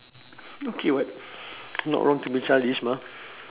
okay [what] not wrong to be childish mah